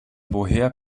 woher